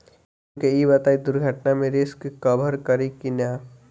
हमके ई बताईं दुर्घटना में रिस्क कभर करी कि ना?